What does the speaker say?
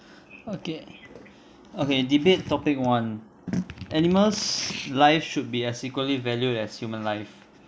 okay okay debate topic one animals life should be as equally valued as human life